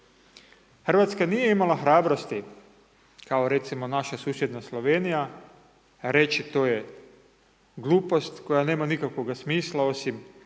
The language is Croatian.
Hrvatska nije imala hrabrosti, kao recimo naša susjedna Slovenija, reći to je glupost koja nema nikakvoga smisla osim